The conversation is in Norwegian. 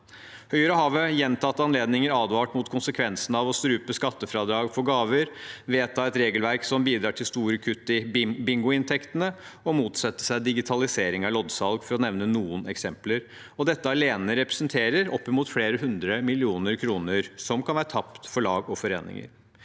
Høyre har ved gjentatte anledninger advart mot konsekvensen av å strupe skattefradrag for gaver, vedta et regelverk som bidrar til store kutt i bingoinntektene og motsette seg digitalisering av loddsalg, for å nevne noen eksempler. Dette alene representerer opp mot flere hundre millioner kroner, som kan være tapt for lag og foreninger.